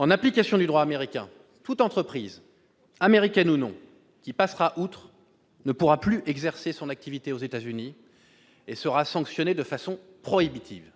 En application du droit américain, toute entreprise, américaine ou non, qui passera outre ne pourra plus exercer ses activités aux États-Unis et sera sanctionnée de manière prohibitive.